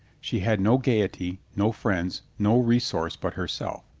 she had no gaiety, no friends, no resource but herself.